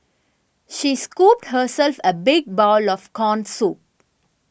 she scooped herself a big bowl of Corn Soup